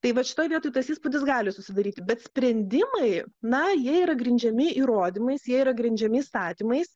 tai vat šitoj vietoj tas įspūdis gali susidaryti bet sprendimai na jie yra grindžiami įrodymais jie yra grindžiami įstatymais